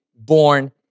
born